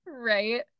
Right